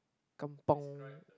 kampung